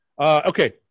Okay